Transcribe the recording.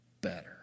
better